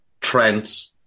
Trent